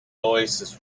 oasis